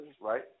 right